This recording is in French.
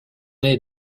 est